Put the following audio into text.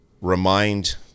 remind